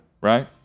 right